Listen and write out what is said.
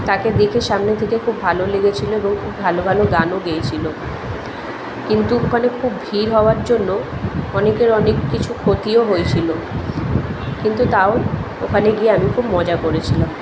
তাকে দেখে সামনে থেকে খুব ভালো লেগেছিলো এবং খুব ভালো ভালো গানও গেয়েছিলো কিন্তু ওখানে খুব ভিড় হওয়ার জন্য অনেকের অনেক কিছু ক্ষতিও হয়েছিলো কিন্তু তাও ওখানে গিয়ে আমি খুব মজা করেছিলাম